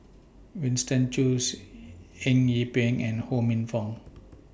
Winston Choos Eng Yee Peng and Ho Minfong